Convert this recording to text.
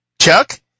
Chuck